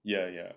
ya ya